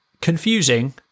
confusing